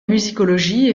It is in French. musicologie